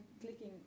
clicking